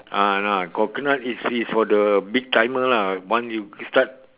ah ah coconut is is for the big climber once you start